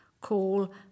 call